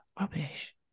rubbish